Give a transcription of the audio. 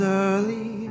early